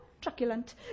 Truculent